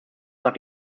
nach